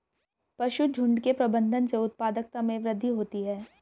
पशुझुण्ड के प्रबंधन से उत्पादकता में वृद्धि होती है